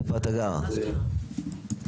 אני גר באשקלון.